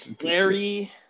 Larry